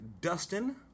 Dustin